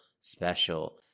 special